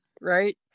right